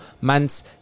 months